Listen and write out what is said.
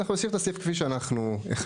אנחנו נשאיר את הסעיף כפי שאנחנו החלטנו,